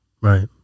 Right